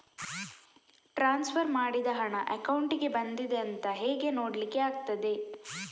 Transfer ಮಾಡಿದ ಹಣ ಅಕೌಂಟಿಗೆ ಬಂದಿದೆ ಅಂತ ಹೇಗೆ ನೋಡ್ಲಿಕ್ಕೆ ಆಗ್ತದೆ?